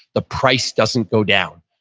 the price doesn't go down.